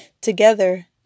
together